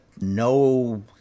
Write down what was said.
no